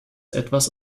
etwas